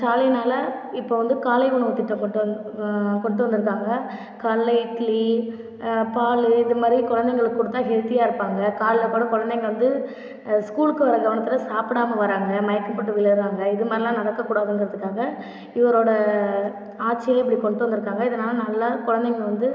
ஸ்டாலினால் இப்போது வந்து காலை உணவு திட்டம் கொண்டுட்டு கொண்டு வந்துருக்காங்க காலையில் இட்லி பாலு இது மாதிரி குழந்தைங்களுக்கு குடுத்தால் ஹெல்த்தியாக இருப்பாங்க காலையில் போகிற குழந்தைங்க வந்து ஸ்கூலுக்கு வர கவனத்தில் சாப்பிடாம வராங்க மயக்கம் போட்டு விழுகிறாங்க இது மாதிரியெலாம் நடக்கக்கூடாதுங்கறதுக்காக இவரோடய ஆட்சியில் இப்படி கொண்டுட்டு வந்துருக்காங்க இதனால் நல்லா குழந்தைங்க வந்து